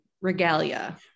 regalia